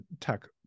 tech